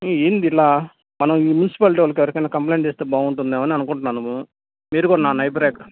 ఏమిటి ఇలా మనం ఈ మున్సిపాలిటీ వాళ్ళకి ఎవరికైనా కంప్లెయింట్ చేస్తే బాగుంటుందేమో అని అనుకుంటున్నాను మీరు కూడా నా నైబరే